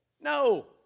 No